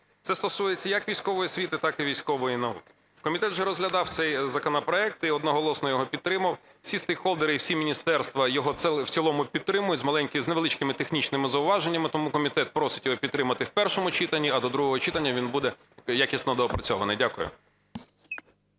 Це стосується як військової освіти, так і військової науки. Комітет вже розглядав цей законопроект і одноголосно його підтримав. Всі стейкхолдери і всі міністерства його в цілому підтримують з невеличкими технічними зауваженнями. Тому комітет просить його підтримати в першому читанні, а до другого читання він буде якісно доопрацьований. Дякую.